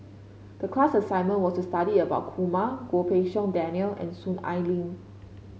the class assignment was to study about Kumar Goh Pei Siong Daniel and Soon Ai Ling